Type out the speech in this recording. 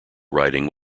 writing